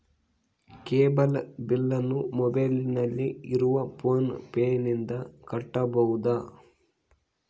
Cable ಬಿಲ್ಲನ್ನು ಮೊಬೈಲಿನಲ್ಲಿ ಇರುವ ಫೋನ್ ಪೇನಿಂದ ಕಟ್ಟಬಹುದಾ?